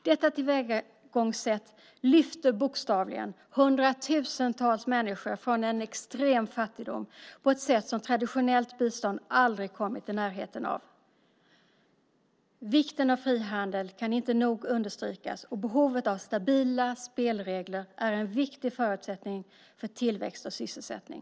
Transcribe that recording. Detta tillvägagångssätt lyfter bokstavligen hundratusentals människor från en extrem fattigdom på ett sätt som traditionellt bistånd aldrig kommit i närheten av. Vikten av frihandel kan inte nog understrykas, och behovet av stabila spelregler är en viktig förutsättning för tillväxt och sysselsättning.